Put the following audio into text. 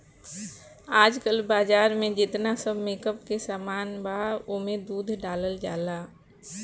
आजकल बाजार में जेतना सब मेकअप के सामान बा ओमे दूध डालल जाला